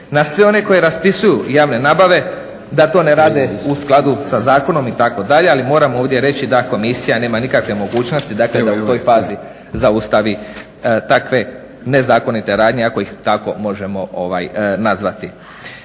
na sve one koji raspisuju javne nabave da to ne rade u skladu sa Zakonom i tako dalje, ali moram ovdje reći da Komisija nema nikakve mogućnosti da u toj fazi zaustavi takve nezakonite radnje ako ih tako možemo nazvati.